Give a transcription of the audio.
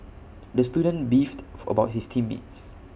the student beefed for about his team mates